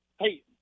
Hey